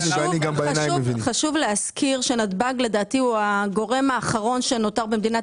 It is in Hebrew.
חשוב להזכיר שנתב"ג הוא הגורם האחרון שנותר במדינת